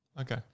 Okay